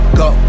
go